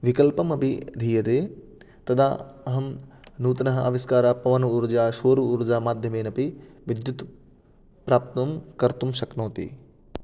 विकल्पमपि धीयते तदा अहं नूतनः आविष्कारः पवन ऊर्जा सौर ऊर्जा माध्यमेनापि विद्युत् प्राप्तुं कर्तुं शक्नोति